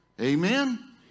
Amen